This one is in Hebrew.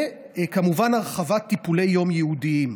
וכמובן, הרחבת טיפולי יום ייעודיים.